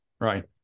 Right